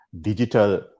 digital